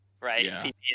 right